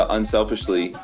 unselfishly